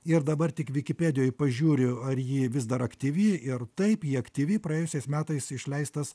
ir dabar tik vikipėdijoj pažiūriu ar ji vis dar aktyvi ir taip ji aktyvi praėjusiais metais išleistas